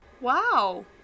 Wow